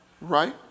Right